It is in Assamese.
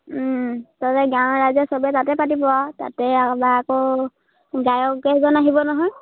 তাতে গাঁৱৰ ৰাইজে চবেই তাতে পাতিব আৰু তাতে আকৌ এইবাৰ আকৌ গায়ক এজন আহিব নহয়